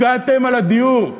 הגעתם על הדיור.